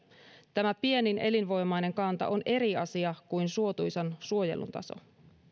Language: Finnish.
tämä pienin elinvoimainen kanta on eri asia kuin suotuisan suojelun taso